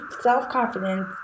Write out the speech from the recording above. self-confidence